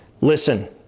Listen